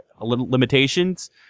limitations